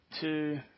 Two